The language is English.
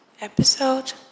episode